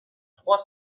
trois